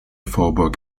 vorburg